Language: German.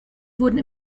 wurden